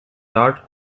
dart